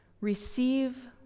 Receive